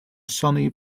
sunny